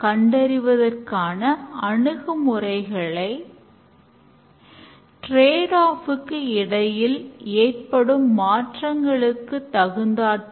அவர் குழு உறுப்பினர்களின் பிரச்சினைகளை சரி செய்து அவர்கள் முழுமையாக செயலாற்ற உதவுகிறார்